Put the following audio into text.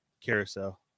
Carousel